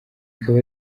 bikaba